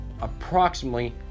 approximately